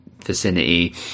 vicinity